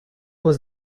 was